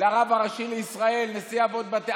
אצל הרב עובדיה בבית אחרי תפילת שחרית,